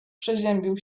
przeziębił